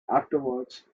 afterwards